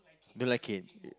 don't like it